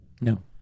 No